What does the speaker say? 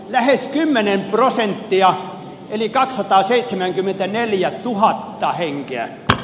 lähes kymmenen prosenttia eli toisessa täysistunnossa